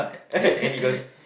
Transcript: any girls